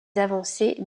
avancées